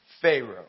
Pharaoh